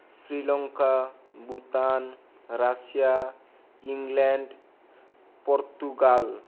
Sri Lanka Bhutan Russia England Portugal